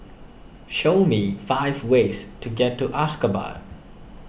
show me five ways to get to Ashgabat